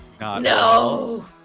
No